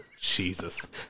Jesus